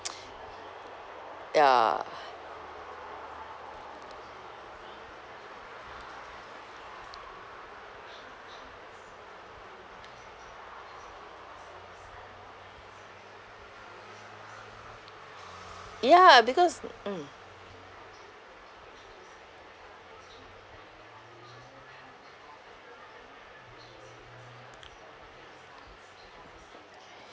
ya ya because mm